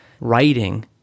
writing